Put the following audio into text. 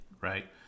right